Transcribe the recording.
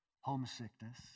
homesickness